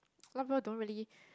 a lot people don't really